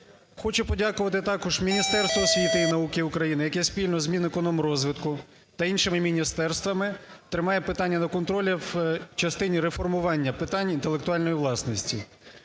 Хочу подякувати також Міністерству освіти і науки України, яке спільно з Мінекономрозвитку та іншими міністерствами тримає питання на контролю в частині реформування питань інтелектуальної власності.